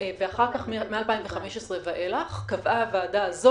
ואחר כך מ-2015 ואילך קבעה הוועדה הזאת